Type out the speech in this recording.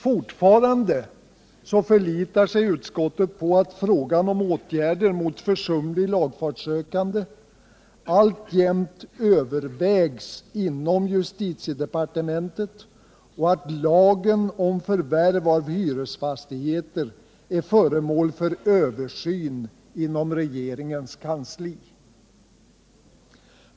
Fortfarande förlitar sig utskottet på att frågan om åtgärder mot försumlig lagfartssökande alltjämt övervägs inom justitiedepartementet och att lagen om förvärv av hyresfastigheter är föremål för översyn inom regeringens kansli.